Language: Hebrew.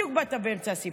בדיוק באת באמצע הסיפור,